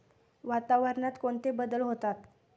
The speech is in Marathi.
वातावरणात कोणते बदल होतात?